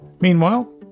Meanwhile